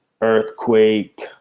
earthquake